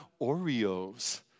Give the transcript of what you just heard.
Oreos